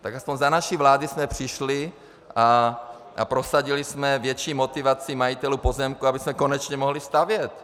Tak aspoň za naší vlády jsme přišli a prosadili větší motivaci majitelů pozemků, abychom konečně mohli stavět.